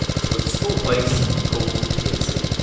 to a small place called piercy.